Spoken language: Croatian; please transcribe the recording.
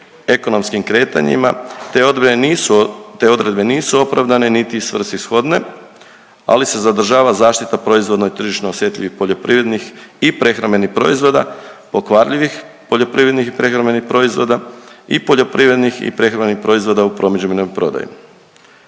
ekonomskim kretanjima te odredbe nisu, te odredbe nisu opravdane, niti svrsishodne, ali se zadržava zaštita proizvodno i tržišno osjetljivih poljoprivrednih i prehrambenih proizvoda, pokvarljivih poljoprivrednih i prehrambenih proizvoda i poljoprivrednih i prehrambenih proizvoda u promidžbenoj prodaji.